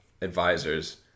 advisors